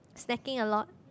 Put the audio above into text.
snacking a lot